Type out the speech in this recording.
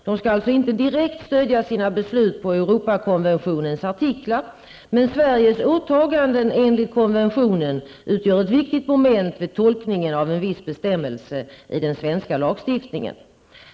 De skall alltså direkt stödja sina beslut på Europakonventionens artiklar, men Sveriges åtaganden enligt konventionen utgör ett viktigt moment vid tolkningen av en viss bestämmelse i den svenska lagstiftningen.